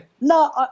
No